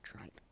right